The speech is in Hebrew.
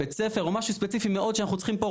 בית ספר או משהו ספציפי מאוד שאנחנו צריכים פה,